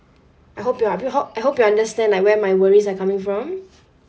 I hope you are I hope I hope you understand like where my worries are coming from